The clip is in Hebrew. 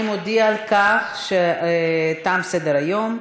אני מודיעה שתם סדר-היום.